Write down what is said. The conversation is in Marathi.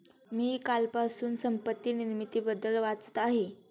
मी कालपासून संपत्ती निर्मितीबद्दल वाचत आहे